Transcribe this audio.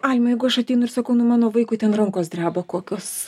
alma jeigu aš ateinu ir sakau nu mano vaikui ten rankos dreba kokios